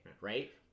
right